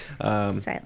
Silent